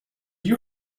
you